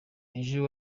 ejo